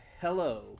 hello